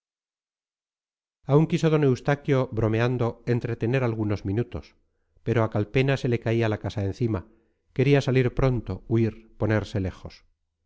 aún quiso d eustaquio bromeando entretener algunos minutos pero a calpena se le caía la casa encima quería salir pronto huir ponerse lejos